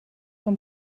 vom